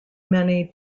many